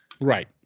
Right